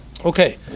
Okay